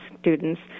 students